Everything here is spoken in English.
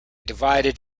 divided